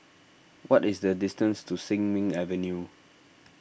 what is the distance to Sin Ming Avenue